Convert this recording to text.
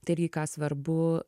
tai irgi ką svarbu